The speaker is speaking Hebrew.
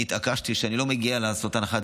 אני התעקשתי שאני לא מגיע לעשות הנחת